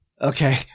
Okay